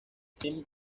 sin